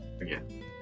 again